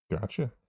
Gotcha